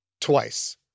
twice